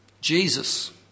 Jesus